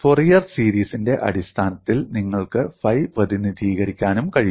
Fourier സീരീസിന്റെ അടിസ്ഥാനത്തിൽ നിങ്ങൾക്ക് ഫൈ പ്രതിനിധീകരിക്കാനും കഴിയും